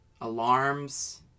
alarms